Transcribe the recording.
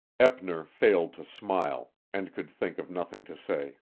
eppner failed to smile, and could think of nothing to say.